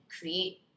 create